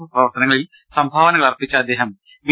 S പ്രവർത്തനങ്ങളിൽ സംഭാവനകളർപ്പിച്ച അദ്ദേഹം ബി